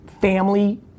family